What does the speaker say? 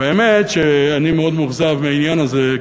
והאמת היא שאני מאוד מאוכזב מהעניין הזה,